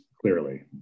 clearly